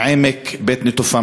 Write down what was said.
עמק בית-נטופה,